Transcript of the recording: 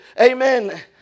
amen